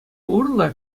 урлӑ